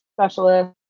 specialist